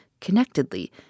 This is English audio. connectedly